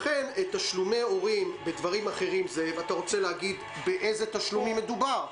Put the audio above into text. לכן תשלומי הורים בדברים אחרים אתה רוצה להגיד באילו תשלומים מדובר?